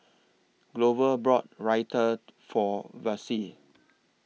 Glover brought Raita For Vassie